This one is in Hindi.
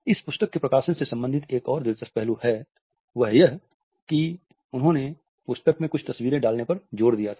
इस पुस्तक के प्रकाशन से संबंधित एक और दिलचस्प पहलू है वह यह है कि उन्होंने पुस्तक में कुछ तस्वीरें डालने पर जोर दिया था